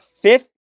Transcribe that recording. fifth